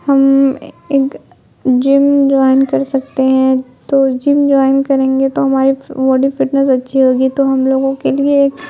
ہم ایک gym join کر سکتے ہیں تو جم جوائن کریں گے تو ہماری واڈی فٹنیس اچھی ہوگی تو ہم لوگوں کے لیے ایک